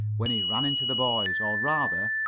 when he ran into the boys, or, rather,